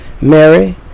mary